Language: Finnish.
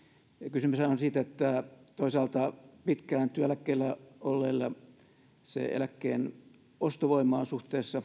kysymyshän on siitä että toisaalta pitkään työeläkkeellä olleilla eläkkeen ostovoima on suhteessa